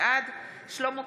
בעד שלמה קרעי,